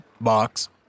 box